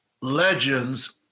legends